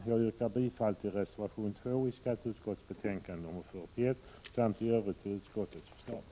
Jag yrkar bifall till reservation 2 i skatteutskottets betänkande 41 samt i övrigt till utskottets förslag.